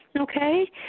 Okay